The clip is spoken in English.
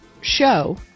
show